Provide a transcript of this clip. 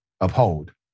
uphold